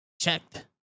checked